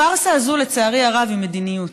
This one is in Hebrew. הפרסה הזאת, לצערי הרב, היא מדיניות.